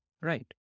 Right